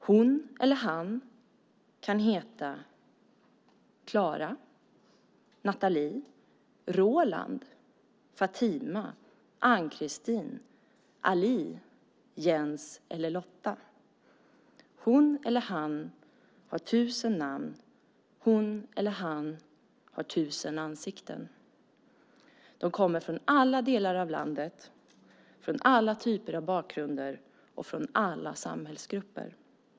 Hon eller han kan heta Klara, Natalie, Roland, Fatima, Ann-Kristin, Ali, Jens eller Lotta. Hon eller han har tusen namn. Hon eller han har tusen ansikten. De kommer från alla delar av landet, har alla typer av bakgrunder och kommer från alla samhällsgrupper.